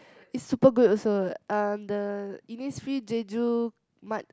it's super good also uh the Innisfree Jeju mud